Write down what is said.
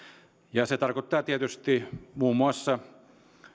ja se tarkoittaa tietysti muun muassa